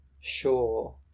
Sure